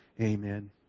amen